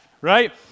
right